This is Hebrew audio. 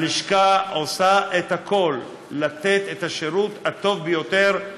הלשכה עושה הכול כדי לתת את השירות הטוב ביותר.